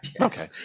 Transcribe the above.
Okay